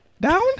Down